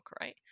right